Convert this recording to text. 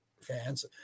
fans